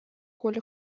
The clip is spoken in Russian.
коля